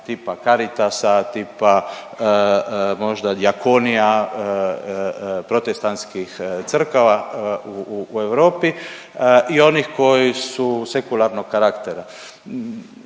tipa Caritasa, tipa možda Dikonia, protestantskih crkava u Europi i onih koji su sekularnog karaktera.